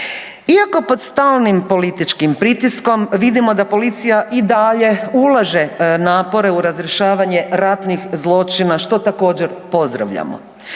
Iako pod stalnim političkim pritiskom vidimo da policija i dalje ulaže napore u razrješavanje ratnih zločina što također pozdravljamo.